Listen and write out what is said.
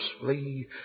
flee